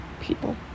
people